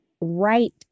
right